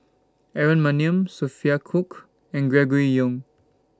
Aaron Maniam Sophia Cooke and Gregory Yong